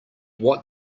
what